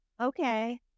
okay